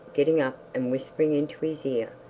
getting up and whispering into his ear.